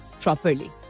properly